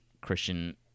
Christian